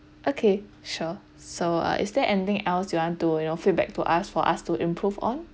okay sure so uh is there anything else you want to you know feedback to us for us to improve on